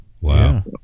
Wow